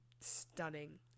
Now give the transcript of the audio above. stunning